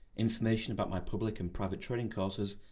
information about my public and private training courses,